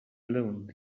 alone